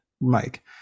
Mike